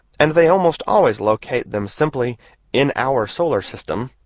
and they almost always locate them simply in our solar system,